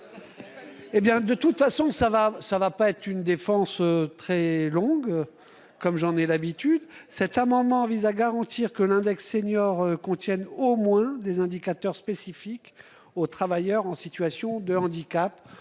de toute façon ça va ça va pas être. Une défense très longue. Comme j'en ai l'habitude, cet amendement vise à garantir que l'index senior contiennent au moins des indicateurs spécifiques aux travailleurs en situation de handicap.